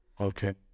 Okay